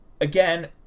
Again